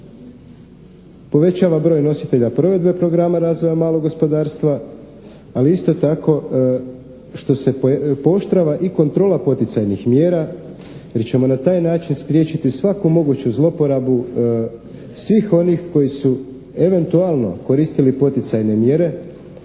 povećava broj nositelja provedbe programa razvoja malog gospodarstva ali isto tako što se pooštrava i kontrola poticajnih mjera jer ćemo na taj način spriječiti svaku moguću zlouporabu svih onih koji su eventualno koristili poticajne mjere